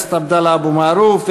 הכנסת עבדאללה אבו מערוף,